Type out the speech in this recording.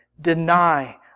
deny